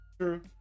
True